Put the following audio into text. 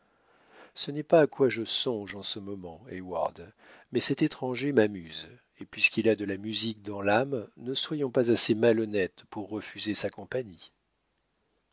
ce n'est pas à quoi je songe en ce moment heyward mais cet étranger m'amuse et puisqu'il a de la musique dans l'âme ne soyons pas assez malhonnêtes pour refuser sa compagnie